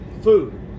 Food